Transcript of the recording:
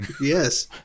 Yes